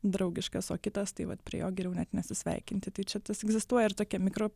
draugiškas o kitas tai vat prie jo geriau net nesisveikinti tai čia tas egzistuoja ir tokia mikro